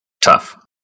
tough